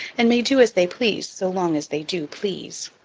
and may do as they please so long as they do please.